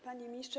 Panie Ministrze!